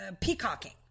peacocking